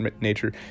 nature